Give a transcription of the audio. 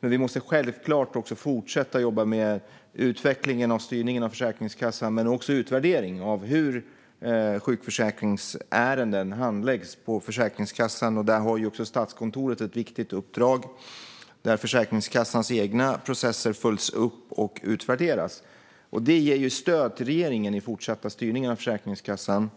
Men vi måste självklart också fortsätta att jobba med utvecklingen och styrningen av Försäkringskassan men också utvärdering av hur sjukförsäkringsärenden handläggs på Försäkringskassan. Statskontoret har också ett viktigt uppdrag i detta, där Försäkringskassans egna processer följs upp och utvärderas. Det ger stöd till regeringen i den fortsatta styrningen av Försäkringskassan.